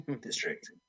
district